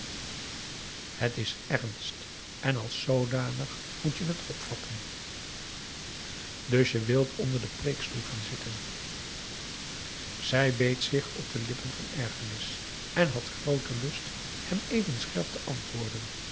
het is ernst en als zoodanig moet je het opvatten dus je wilt onder den preekstoel gaan zitten zij beet zich op de lippen van ergernis en had grooten lust hem even scherp te antwoorden